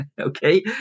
okay